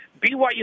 BYU